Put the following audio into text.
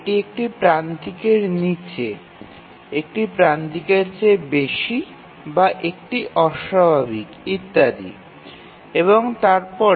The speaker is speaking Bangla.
এটি প্রান্তিকের নীচে প্রান্তিকের উপরে বা অস্বাভাবিক হতে পারে